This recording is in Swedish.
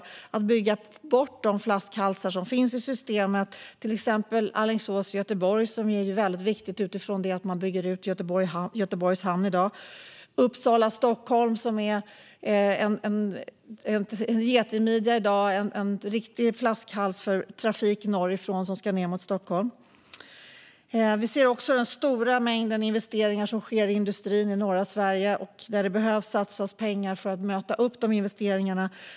Vi borde bygga bort de flaskhalsar som finns i systemet, till exempel sträckan Alingsås-Göteborg, som är väldigt viktig med tanke på att man i dag bygger ut Göteborgs hamn, eller sträckan Uppsala-Stockholm, som i dag är en getingmidja och en riktig flaskhals för trafik norrifrån som ska ned till Stockholm. Vi ser också de stora investeringar som sker i industrin i norra Sverige. Där behöver man satsa pengar för att möta dessa investeringar.